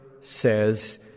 says